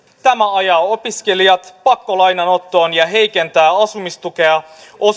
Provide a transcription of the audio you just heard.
tämä ajaa opiskelijat pakkolainanottoon ja heikentää asumistukea